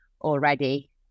already